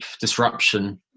disruption